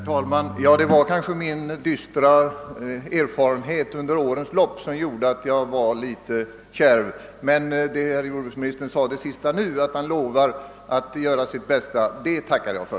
Herr talman! Det var kanske mina dystra erfarenheter från de gångna åren som gjorde att jag var litet kärv. Jordbruksministern lovade emellertid nu att han skall göra sitt bästa, och det löftet tackar jag för.